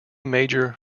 major